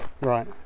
Right